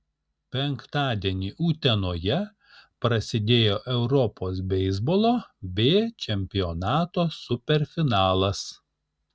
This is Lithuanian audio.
penktadienį utenoje prasidėjo europos beisbolo b čempionato superfinalas